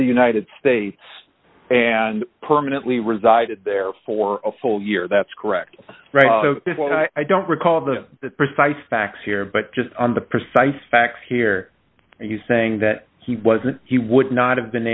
the united states and permanently resided there for a full year that's correct i don't recall the precise facts here but just on the precise facts here are you saying that he wasn't he would not have been